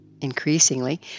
Increasingly